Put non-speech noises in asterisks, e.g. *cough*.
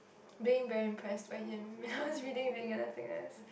being very impressed by him *laughs* when I was reading Being in Nothingness